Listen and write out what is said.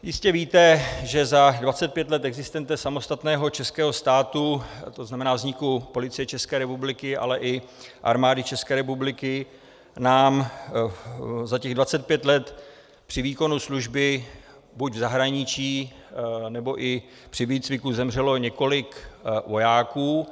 Jistě víte, že za 25 let existence samostatného českého státu, to znamená vzniku Policie České republiky, ale i Armády České republiky, nám za těch 25 let při výkonu služby buď v zahraničí, nebo i při výcviku zemřelo několik vojáků.